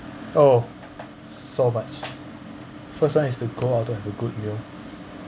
oh so much first one is to go out to have a good meal